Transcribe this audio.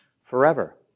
forever